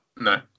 No